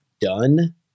done